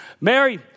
Mary